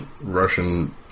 Russian